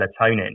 melatonin